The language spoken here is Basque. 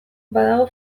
badago